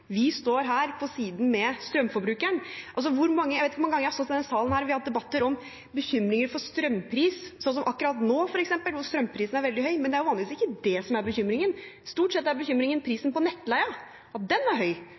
Vi står her på siden med strømforbrukeren. Jeg vet ikke hvor mange ganger jeg har stått i denne salen og vi har hatt debatter om bekymringer for strømpris, som akkurat nå, f.eks., da strømprisen er veldig høy, men det er vanligvis ikke det som er bekymringen. Stort sett er bekymringen prisen på nettleien, at den er høy,